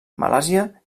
malàisia